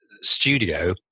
studio